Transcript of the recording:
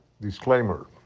Disclaimer